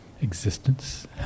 Existence